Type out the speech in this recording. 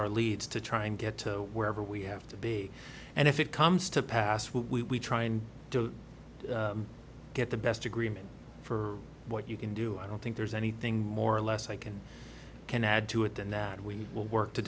our leads to try and get to wherever we have to be and if it comes to pass what we try and get the best agreement for what you can do i don't think there's anything more or less i can can add to it and that we will work to